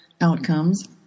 outcomes